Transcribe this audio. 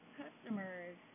customers